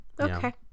okay